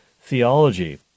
theology